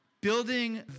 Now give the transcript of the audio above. Building